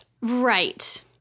right